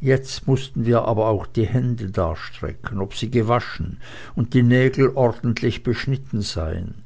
jetzt mußten wir aber auch die hände darstrecken ob sie gewaschen und die nägel ordentlich beschnitten seien